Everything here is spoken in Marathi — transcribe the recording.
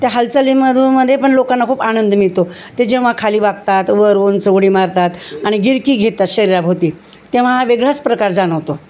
त्या हालचालीमध्ये पण लोकांना खूप आनंद मिळतो ते जेव्हा खाली वाकतात वर उंच उडी मारतात आणि गिरकी घेतात शरीरा भोवती तेव्हा हा वेगळाच प्रकार जाणवतो